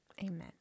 Amen